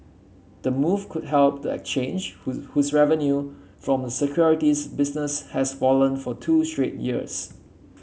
the move could help the exchange whose whose revenue from the securities business has fallen for two straight years